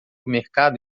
mercado